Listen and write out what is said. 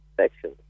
section